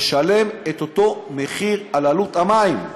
ישלם את אותו מחיר על המים,